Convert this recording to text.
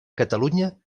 catalunya